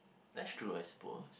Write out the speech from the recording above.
that's true I suppose